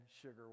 sugar